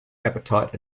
appetite